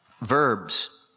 verbs